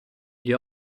gli